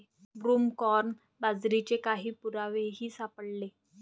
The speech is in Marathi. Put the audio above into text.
ब्रूमकॉर्न बाजरीचे काही पुरावेही सापडले